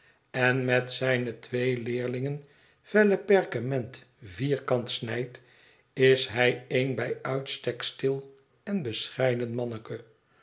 en met zijne twee leerlingen vellen perkement vierkant snijdt is hij een bij uitstek stil on bescheiden manneke